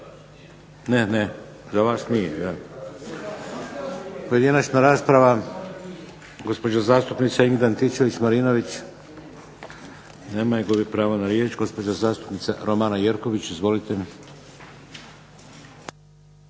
Ne, ne za vas nije. Pojedinačna rasprava. Gospođa zastupnica Ingrid Antičević-Marinović. Nema je, gubi pravo na riječ. Gospođa zastupnica Romana Jerković, izvolite.